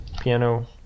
Piano